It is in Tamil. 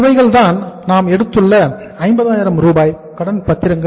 இவைகள்தான் நாம் எடுத்துள்ள 50000 ரூபாய் கடன் பத்திரங்கள்